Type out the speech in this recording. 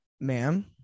ma'am